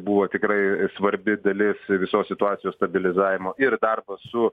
buvo tikrai svarbi dalis visos situacijos stabilizavimo ir darbas su